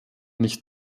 nicht